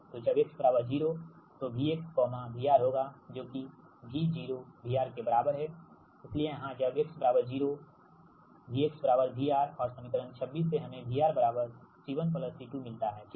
तो जब x 0 तो V VR होगा जो कि VVR के बराबर है इसलिए यहाँ है जब x 0 V VR और समीकरण 26 से हमें VR C1 C2 मिलता हैठीक